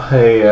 Hey